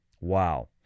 Wow